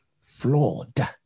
flawed